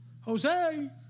Jose